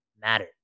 matter